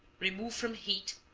remove from heat,